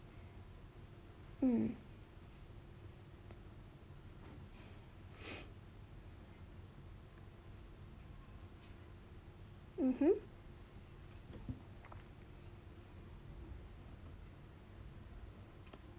mm mmhmm